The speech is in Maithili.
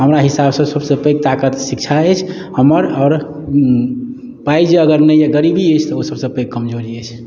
हमरा हिसाबसँ सभसँ पैघ ताकत शिक्षा अछि हमर आओर पाइ जे अगर नहि अइ गरीबी अछि तऽ ओ सभसँ पैघ कमजोरी अछि